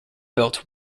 built